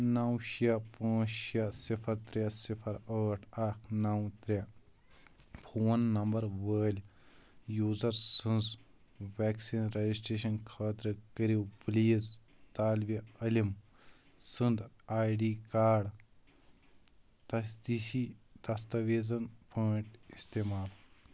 نَو شےٚ پانٛژھ شےٚ صِفَر ترٛےٚ صِفَر ٲٹھ اَکھ نَو ترٛےٚ فون نَمبَر وٲلۍ یوٗزَر سٕنٛز وٮ۪کسیٖن رَجٕسٹرٛیشَن خٲطرٕ کٔرِو پٕلیٖز طالبہِ علم سُنٛد آی ڈی کارڈ تَصدیٖشی دَستَویٖزَن پٲٹھۍ اِستعمال